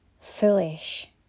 foolish